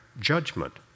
judgment